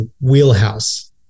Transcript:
wheelhouse